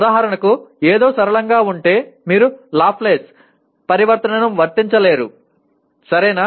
ఉదాహరణకు ఏదో సరళంగా ఉంటే మీరు లాప్లేస్ పరివర్తనను వర్తించలేరు సరేనా